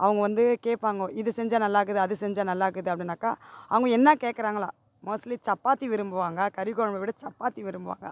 அவங்க வந்து கேட்பாங்கோ இது செஞ்சால் நல்லா இருக்குது அது செஞ்சால் நல்லா இருக்குது அப்படின்னாக்கா அவங்க என்ன கேட்குறாங்களோ மோஸ்ட்லி சப்பாத்தி விரும்புவாங்க கறி குழம்ப விட சப்பாத்தி விரும்புவாங்க